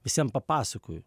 visiem papasakoju